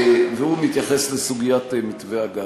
והוא מתייחס לסוגיית מתווה הגז.